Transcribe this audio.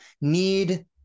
need